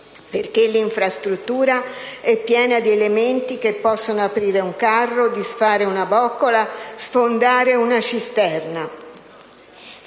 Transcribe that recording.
perché l'infrastruttura è piena di elementi che possono aprire un carro, disfare una boccola, sfondare una cisterna.